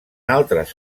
altres